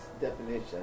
definition